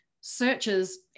searches